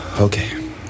Okay